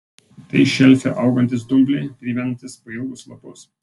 tai šelfe augantys dumbliai primenantys pailgus lapus